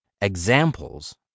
examples